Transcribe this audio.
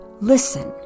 listen